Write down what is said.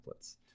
templates